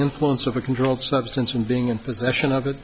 influence of a controlled substance and being in possession of